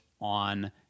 on